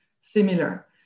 similar